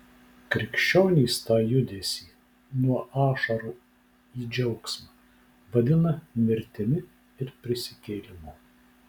krikščionys tą judesį nuo ašarų į džiaugsmą vadina mirtimi ir prisikėlimu